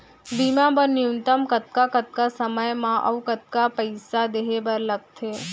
बीमा बर न्यूनतम कतका कतका समय मा अऊ कतका पइसा देहे बर लगथे